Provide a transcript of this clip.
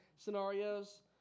scenarios